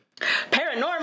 Paranormal